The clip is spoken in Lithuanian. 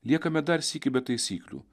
liekame dar sykį be taisyklių